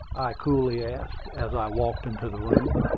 i coolly asked, as i walked into the room.